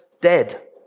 dead